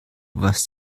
was